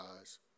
eyes